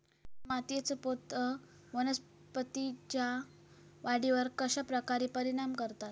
मातीएचा पोत वनस्पतींएच्या वाढीवर कश्या प्रकारे परिणाम करता?